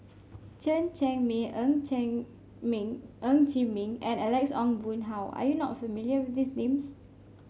Chen Cheng Mei Ng Chee Meng Ng Chee Meng and Alex Ong Boon Hau are you not familiar with these names